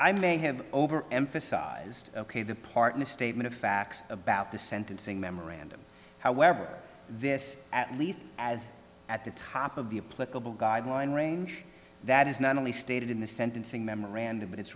i may have over emphasized ok the part in a statement of facts about the sentencing memorandum however this at least as at the top of the a political guideline range that is not only stated in the sentencing memorandum but it's